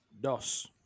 dos